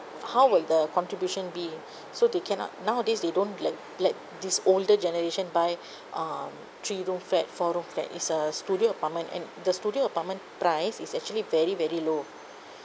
how will the contribution be so they cannot nowadays they don't let let this older generation buy um three room flat four room flat it's a studio apartment and the studio apartment price is actually very very low